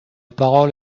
parole